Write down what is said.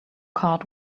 card